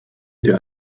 der